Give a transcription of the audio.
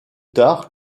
tard